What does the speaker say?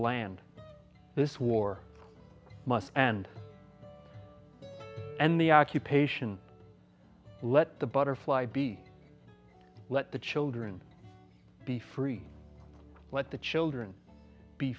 land this war must and end the occupation let the butterfly be let the children be free let the children be